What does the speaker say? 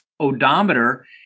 odometer